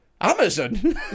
amazon